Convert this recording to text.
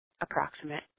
approximate